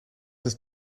ist